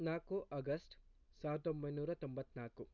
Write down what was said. ನಾಲ್ಕು ಆಗಸ್ಟ್ ಸಾವಿರದ ಒಂಬೈನೂರ ತೊಂಬತ್ತ ನಾಲ್ಕು